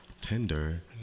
tender